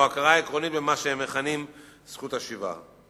או הכרה עקרונית במה שהם מכנים "זכות השיבה".